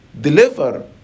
Deliver